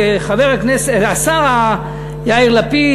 השר יאיר לפיד,